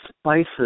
spices